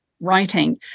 writing